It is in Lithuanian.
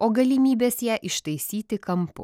o galimybės ją ištaisyti kampu